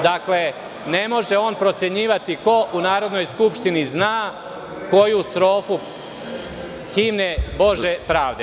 Dakle, ne može on procenjivati ko u Narodnoj skupštini zna koju strofu himne "Bože pravde"